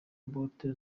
bote